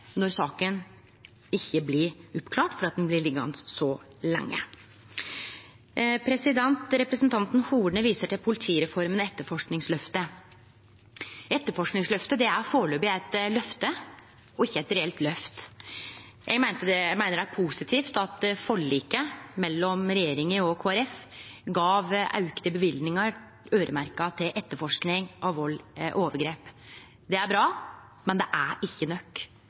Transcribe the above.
når saka ikkje blir oppklart fordi ho blir liggjande så lenge. Representanten Horne viste til politireforma og etterforskingsløftet. Etterforskingsløftet er førebels eit løfte og ikkje eit reelt løft. Eg meiner det er positivt at forliket mellom regjeringa og Kristeleg Folkeparti gav auka løyvingar som var øyremerkte til etterforsking av vald og overgrep. Det er bra, men det er ikkje nok.